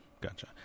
Gotcha